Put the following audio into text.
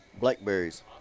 blackberries